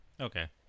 Okay